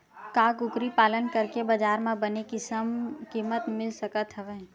का कुकरी पालन करके बजार म बने किमत मिल सकत हवय?